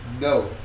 No